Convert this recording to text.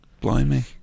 Blimey